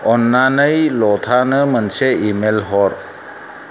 अन्नानै लटानो मोनसे इमेल हर